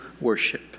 worship